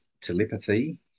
telepathy